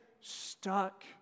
stuck